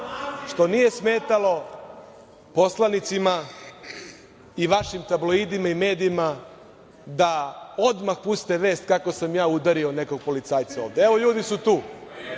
što nije smetalo poslanicima i vašim tabloidima i medijima da odmah puste vest kako sam ja udario nekog policajca ovde. Evo ljudi su tu,